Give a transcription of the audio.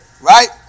right